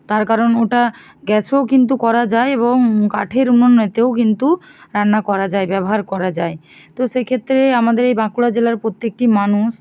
তার কারণ ওটা গ্যাসেও কিন্তু করা যায় এবং কাঠের উননেতেও কিন্তু রান্না করা যায় ব্যবহার করা যায় তো সেইক্ষেত্রে আমাদের এই বাঁকুড়া জেলার প্রত্যেকটি মানুষ